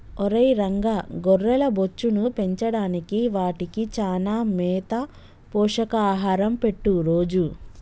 ఒరై రంగ గొర్రెల బొచ్చును పెంచడానికి వాటికి చానా మేత పోషక ఆహారం పెట్టు రోజూ